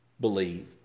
believe